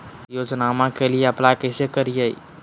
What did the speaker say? योजनामा के लिए अप्लाई कैसे करिए?